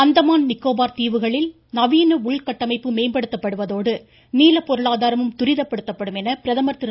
அந்தமான் நிக்கோபார் தீவுகளில் நவீன உள்கட்டமைப்பு மேம்படுத்தப்படுவதோடு நீல பொருளாதாரமும் துரிதப்படுத்தப்படும் என பிரதமர் திரு